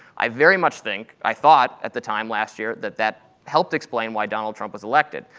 i very much think, i thought, at the time last year, that that helped explain why donald trump was elected.